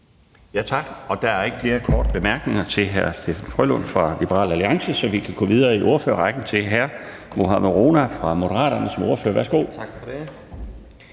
Tak. Der er ikke flere korte bemærkninger til hr. Steffen W. Frølund fra Liberal Alliance, så vi kan gå videre i ordførerrækken til hr. Mohammad Rona fra Moderaterne. Værsgo. Kl.